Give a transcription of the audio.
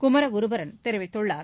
குமரகுருபரன் தெரிவித்துள்ளார்